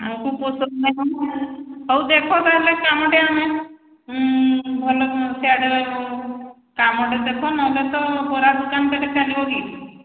ଆମକୁ ପୋଷଉନି ଆଉ ହଉ ଦେଖ ତାହେଲେ କାମଟେ ଆମେ ଭଲ ସିଆଡ଼ କାମଟେ ଦେଖ ନହେଲେ ତ ବରା ଦୋକାନ ଦେଲେ ଚାଲିବ କି